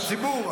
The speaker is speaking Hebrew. לא, הציבור.